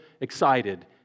excited